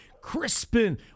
Crispin